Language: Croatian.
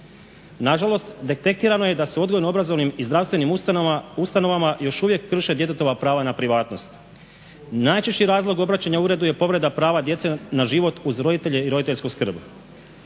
Nažalost, detektirano je da se u odgojno-obrazovnim i zdravstvenim ustanovama još uvijek krše djetetova prava na privatnost. Najčešći razlog obraćanja uredu je povreda prava djece na život uz roditelje i roditeljsku skrb.